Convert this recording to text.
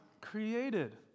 created